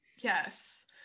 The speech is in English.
yes